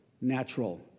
natural